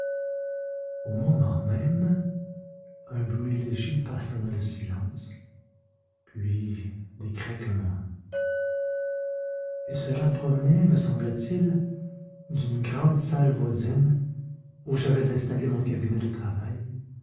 au même moment un bruit léger passa dans le silence puis des craquements et cela provenait me sembla-t-il d'une grande salle voisine où j'avais installé mon cabinet de travail